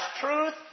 truth